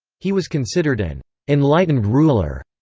he was considered an enlightened ruler,